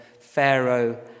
Pharaoh